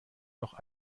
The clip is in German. noch